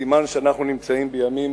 סימן שאנחנו נמצאים בימים